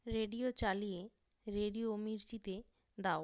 radio চালিয়ে radio মির্চিতে দাও